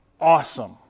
awesome